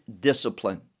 discipline